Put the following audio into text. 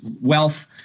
wealth